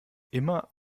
immer